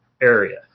area